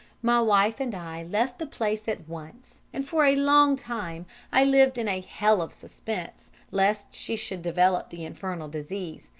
my wife and i left the place at once, and for a long time i lived in a hell of suspense lest she should develop the infernal disease.